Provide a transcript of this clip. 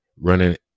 Running